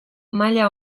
maila